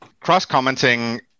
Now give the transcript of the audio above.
Cross-commenting